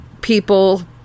people